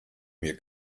mir